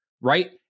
right